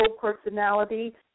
personality